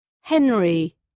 henry